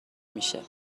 میشه